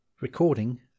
Recording